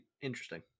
interesting